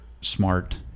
smart